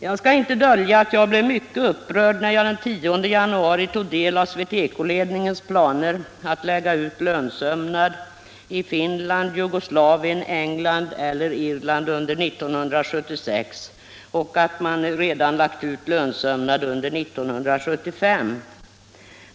Jag skall inte dölja att jag blev mycket upprörd när jag den 10 januari tog del av SweTeco-ledningens planer att lägga ut lönsömnad i Finland, Jugoslavien, England eller Irland under 1976 och att man redan lagt ut lönsömnad under 1975.